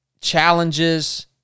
challenges